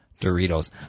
Doritos